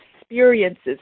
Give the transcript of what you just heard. experiences